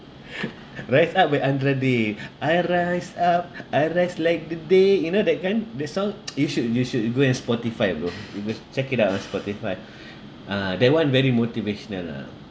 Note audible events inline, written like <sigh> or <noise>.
<laughs> rise up with andra day <breath> I rise up <breath> I rise up like the day you know that kan the song you should you should you go and spotify bro you just check it up on spotify ah that one very motivational lah